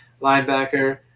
linebacker